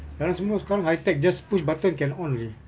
sekarang semua sekarang high tech just push button can on already